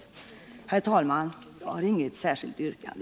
Jag har, herr talman, inget särskilt yrkande.